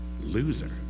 loser